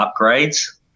upgrades